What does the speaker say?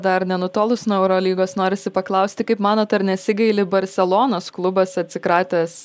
dar nenutolus nuo eurolygos norisi paklausti kaip manot ar nesigaili barselonos klubas atsikratęs